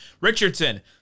Richardson